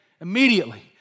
Immediately